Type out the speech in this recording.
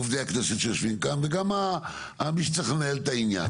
עובדי הכנסת שיושבים כאן וגם מי שצריך לנהל את העניין.